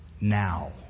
Now